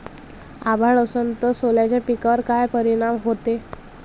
अभाळ असन तं सोल्याच्या पिकावर काय परिनाम व्हते?